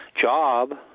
job